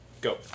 Go